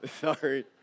sorry